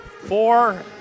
Four